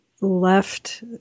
left